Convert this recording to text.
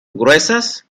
gruesas